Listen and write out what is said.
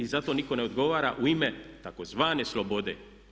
I za to nitko ne odgovara u ime tzv. slobode.